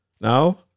Now